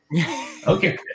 Okay